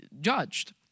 judged